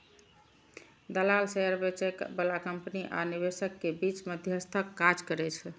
दलाल शेयर बेचय बला कंपनी आ निवेशक के बीच मध्यस्थक काज करै छै